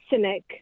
cynic